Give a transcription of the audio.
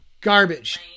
Garbage